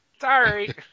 sorry